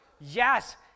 Yes